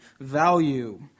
value